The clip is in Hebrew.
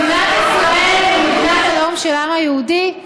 מדינת ישראל היא מדינת הלאום של העם היהודי,